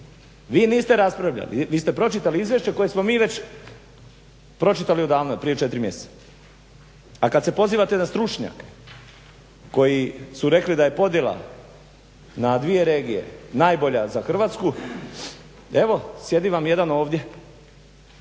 Vi niste raspravljali. Vi ste pročitali izvješće koje smo mi već pročitali odavno prije četiri mjeseca. A kad se pozivate na stručnjake koji su rekli da je podjela na dvije regije najbolja za Hrvatsku, evo sjedi vam jedan ovdje